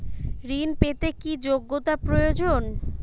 ঋণ পেতে কি যোগ্যতা প্রয়োজন?